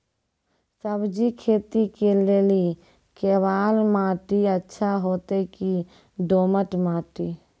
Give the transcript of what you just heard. सब्जी खेती के लेली केवाल माटी अच्छा होते की दोमट माटी?